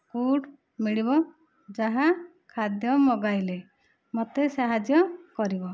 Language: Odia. ଫୁଡ଼୍ ମିଳିବ ଯାହା ଖାଦ୍ୟ ମଗାଇଲେ ମୋତେ ସାହାଯ୍ୟ କରିବ